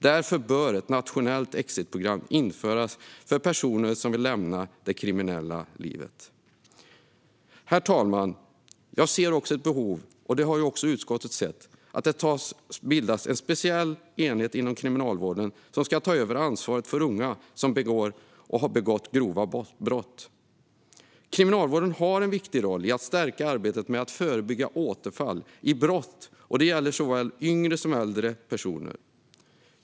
Därför bör ett nationellt exitprogram införas för personer som vill lämna det kriminella livet. Herr talman! Både jag och utskottet ser ett behov av att det bildas en särskild enhet inom Kriminalvården som tar över ansvaret för unga som har begått grova brott. Kriminalvården har en viktig roll i att stärka arbetet med att förebygga återfall i brott, och det gäller såväl yngre som äldre personer.